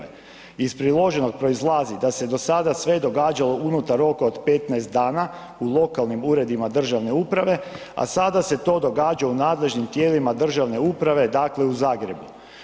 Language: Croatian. Iz priloženog proizlazi da se do sada sve događalo unutar roka od 15 dana, u lokalnim uredima državne uprave, a sada se to događa u nadležnim tijelima državne uprave, dakle u Zagrebu.